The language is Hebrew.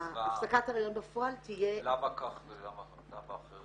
הפסקת היריון בפועל תהיה -- למה כך ולמה אחרת?